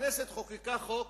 הכנסת חוקקה חוק,